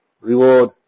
reward